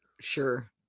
Sure